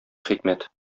хикмәт